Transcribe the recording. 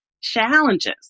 challenges